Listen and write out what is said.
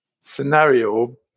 scenario